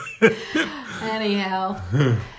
anyhow